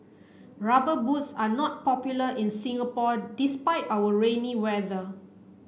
rubber boots are not popular in Singapore despite our rainy weather